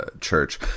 church